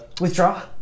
withdraw